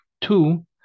two